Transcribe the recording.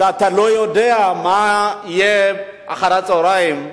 כשאתה לא יודע מה יהיה אחר-הצהריים,